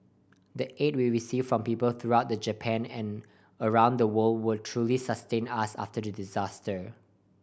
the aid we received from people throughout the Japan and around the world truly sustained us after the disaster